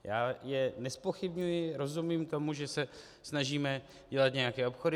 Já je nezpochybňuji, rozumím tomu, že se snažíme dělat nějaké obchody.